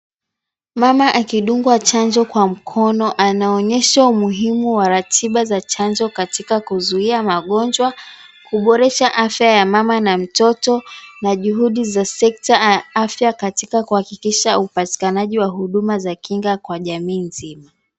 Mama akidungwa chanjo kwa mkono, anaonyesha umuhimu wa ratiba za chanjo katika kuzuia magonjwa, kuboresha afya ya mama na mtoto, na juhudi za sekta ya afya katika kuhakikisha upatikanaji wa huduma za kinga kwa jamii nzima